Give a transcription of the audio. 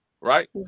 right